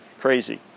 crazy